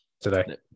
Today